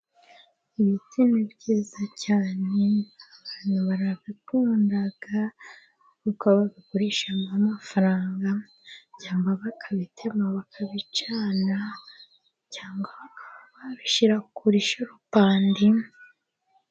Ibiti ni byiza cyane, abantu barabikunda kuko babigurishamo amafaranga, cyangwa bakabitema bakabicana cyangwa bakaba babishyira kuri sheripandi